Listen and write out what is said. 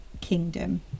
kingdom